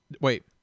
Wait